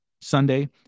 Sunday